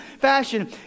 fashion